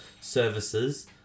services